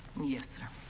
yes, sir.